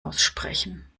aussprechen